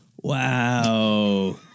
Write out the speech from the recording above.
Wow